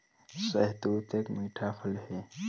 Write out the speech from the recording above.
शहतूत एक मीठा फल है